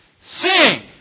Sing